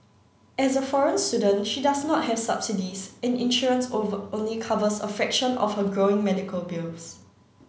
as a foreign student she does not have subsidies and insurance only covers a fraction of her growing medical bills